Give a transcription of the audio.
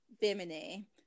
bimini